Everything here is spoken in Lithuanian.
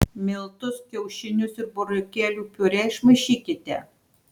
miltus kiaušinius ir burokėlių piurė išmaišykite